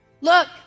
look